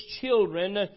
children